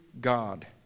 God